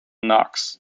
knox